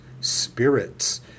spirits